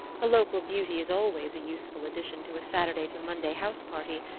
a local beauty is always a useful addition to a saturday-to-monday house-party,